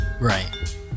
right